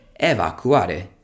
Evacuare